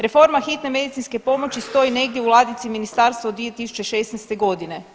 Reforma hitne medicinske pomoći stoji negdje u ladici ministarstva od 2016. godine.